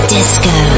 Disco